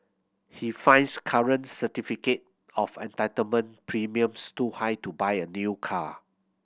he finds current certificate of entitlement premiums too high to buy a new car